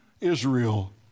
Israel